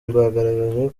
rwagaragaje